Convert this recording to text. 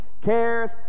cares